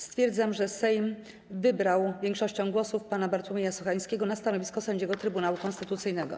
Stwierdzam, że Sejm wybrał większością głosów pana Bartłomieja Sochańskiego na stanowisko sędziego Trybunału Konstytucyjnego.